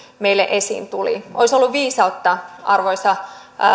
meille esiin tuli olisi ollut viisautta arvoisa